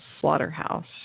slaughterhouse